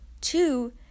Two